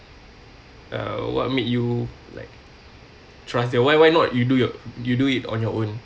uh what made you like trust your why why not you do your you do it on your own